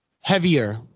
heavier